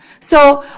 so,